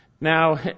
now